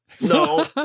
no